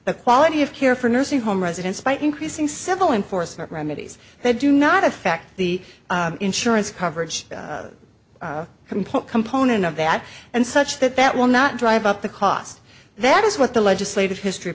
the quality of care for nursing home residents by increasing civil enforcement remedies they do not affect the insurance coverage complete component of that and such that that will not drive up the cost that is what the legislative history